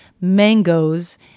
mangoes